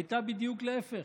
היה בדיוק להפך.